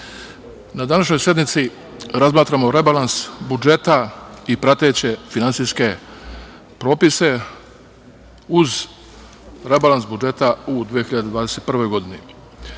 na današnjoj sednici razmatramo rebalans budžeta i prateće finansijske propise, uz rebalans budžeta u 2021. godini. Juče